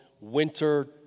winter